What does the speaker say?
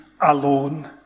alone